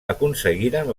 aconseguiren